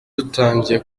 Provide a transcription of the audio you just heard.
dutangiye